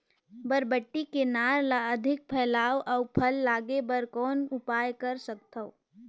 बरबट्टी के नार ल अधिक फैलाय अउ फल लागे बर कौन उपाय कर सकथव?